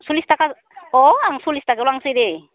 सलिस थाखा अ आं सलिस थाखायाव लांखायो दे